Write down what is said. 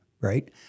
right